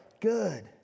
Good